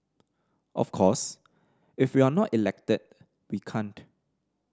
of course if we're not elected we can't